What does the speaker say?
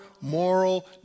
moral